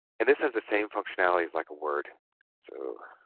and this has the same functionalities like a word so